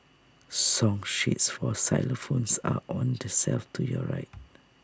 song sheets for xylophones are on the shelf to your right